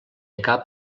acaba